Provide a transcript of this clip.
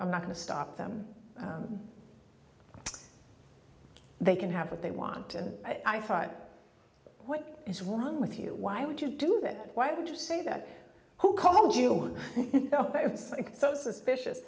i'm not going to stop them they can have what they want and i thought what is wrong with you why would you do that why would you say that who called you and so suspicious